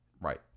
right